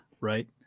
Right